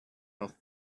off